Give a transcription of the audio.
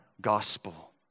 gospel